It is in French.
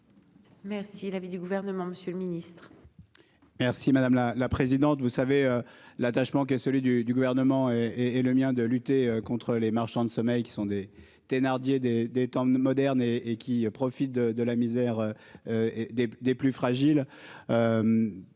Merci l'avis du gouvernement, Monsieur le Ministre. Merci madame la présidente, vous savez l'attachement qui est celui du du gouvernement et et le mien de lutter contre les marchands de sommeil qui sont des Thénardier des des temps modernes et et qui profitent de la misère. Et des des plus fragiles.